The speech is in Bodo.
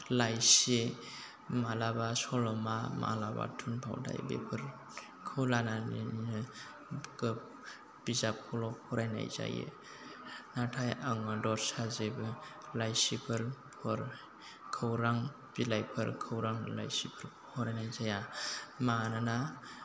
लाइसि मालाबा सल'मा मालाबा थुनफावथाइ बेफोरखौ लानानैनो गोब बिजाबखौल' फरायनाय जायो नाथाय आङो दस्रा जेबो लाइसिफोर खर खौरां बिलाइफोर खौरां लाइसिफोरखौ फरायनाय जाया मानोना